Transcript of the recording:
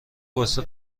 واسه